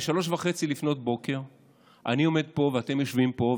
ב-3:30 אני עומד פה ואתם יושבים פה,